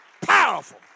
Powerful